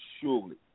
surely